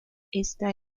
esta